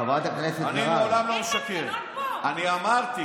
לכן הם הצביעו נגד.